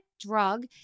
drug